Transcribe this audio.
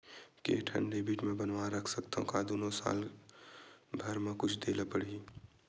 के ठन डेबिट मैं बनवा रख सकथव? का दुनो के साल भर मा कुछ दे ला पड़ही?